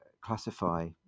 classify